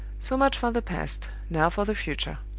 so much for the past now for the future.